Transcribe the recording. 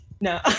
No